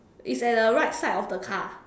it's at the right side of the car